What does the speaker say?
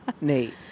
Nate